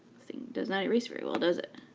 thing does not erase very well, does it?